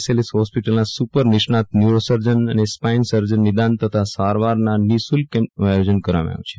જ્રેસ્પિટલના super નિષ્ણાત neuro surgeon spine surgeon નિદાન તથા સારવારના નિશુલ્ક કેમ્પનું આયોજન કરવામાં આવ્યું છે